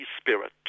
spirit